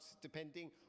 depending